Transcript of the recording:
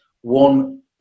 one